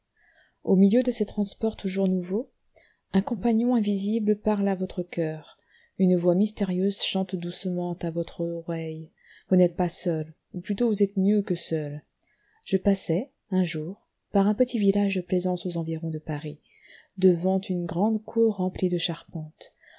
au milieu de ces transports toujours nouveaux un compagnon invisible parle à votre coeur une voix mystérieuse chante doucement à votre oreille vous n'êtes pas seul ou plutôt vous êtes mieux que seul je passais un jour par un petit village de plaisance aux environs de paris devant une grande cour remplie de charpentes